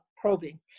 probing